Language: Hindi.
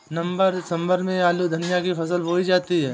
नवम्बर दिसम्बर में आलू धनिया की फसल बोई जाती है?